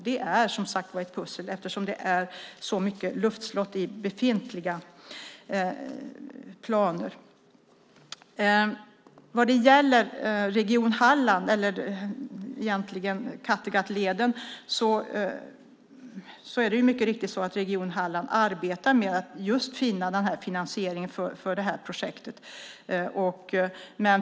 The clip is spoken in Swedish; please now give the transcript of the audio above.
Det är ett pussel eftersom det är så mycket luftslott i befintliga planer. Vad gäller Kattegattleden är det mycket riktigt så att Region Halland arbetar med att finna finansiering för det här projektet.